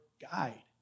guide